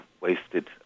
wasted